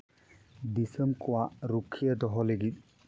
ᱫᱤᱥᱚᱢ ᱠᱚᱣᱟᱜ ᱨᱩᱠᱷᱤᱭᱟᱹ ᱫᱚᱦᱚᱭ ᱞᱟᱹᱜᱤᱫ